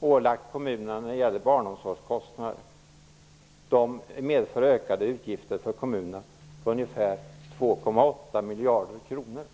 ålägger kommunerna barnomsorgskostnader medför ökade utgifter för kommunerna på ungefär 2,8 miljarder kronor.